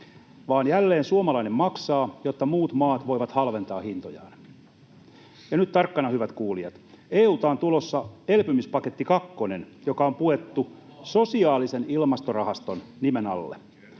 vaan jälleen suomalainen maksaa, jotta muut maat voivat halventaa hintojaan. Ja nyt tarkkana, hyvät kuulijat: EU:lta on tulossa elpymispaketti kakkonen, joka on puettu ”sosiaalisen ilmastorahaston” nimen alle.